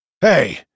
Hey